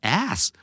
ass